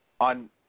On